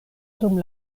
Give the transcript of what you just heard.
dum